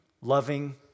loving